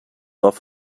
off